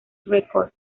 records